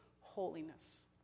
holiness